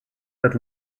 that